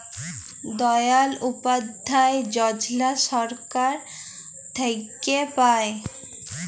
দয়াল উপাধ্যায় যজলা ছরকার থ্যাইকে পায়